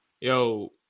yo